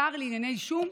שר לענייני שום,